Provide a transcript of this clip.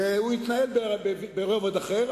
והוא יתנהל ברובד אחר,